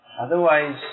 Otherwise